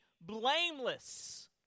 blameless